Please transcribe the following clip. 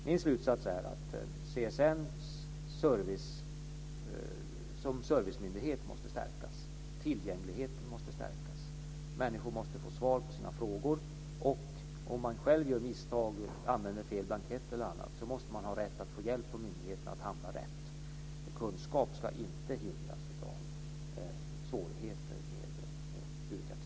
Min slutsats är att CSN som servicemyndighet måste stärkas. Tillgängligheten måste stärkas. Människor måste få svar på sina frågor. Om man själv gör misstag och använder fel blankett eller annat måste man ha rätt att få hjälp från myndigheterna att hamna rätt. Kunskap ska inte hindras av svårigheter med byråkrati.